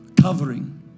covering